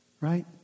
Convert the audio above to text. right